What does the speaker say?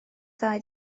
ddau